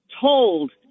told